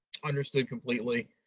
understood completely.